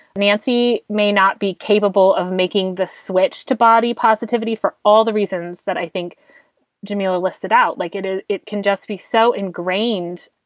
nancy may not be capable of making the switch to body positivity for all the reasons that i think djamila list it out like it. it it can just be so ingrained.